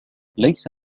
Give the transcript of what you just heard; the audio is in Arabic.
ليس